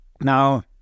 Now